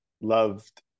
loved